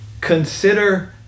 consider